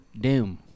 doom